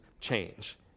change